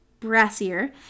brassier